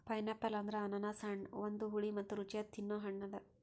pineapple ಅಂದುರ್ ಅನಾನಸ್ ಹಣ್ಣ ಒಂದು ಹುಳಿ ಮತ್ತ ರುಚಿಯಾದ ತಿನ್ನೊ ಹಣ್ಣ ಅದಾ